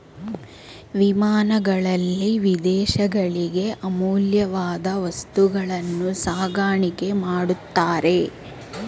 ವಿಮಾನಗಳಲ್ಲಿ ವಿದೇಶಗಳಿಗೆ ಅಮೂಲ್ಯವಾದ ವಸ್ತುಗಳನ್ನು ಸಾಗಾಣಿಕೆ ಮಾಡುತ್ತಾರೆ